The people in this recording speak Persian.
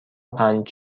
پنج